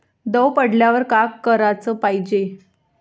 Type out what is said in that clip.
दव पडल्यावर का कराच पायजे?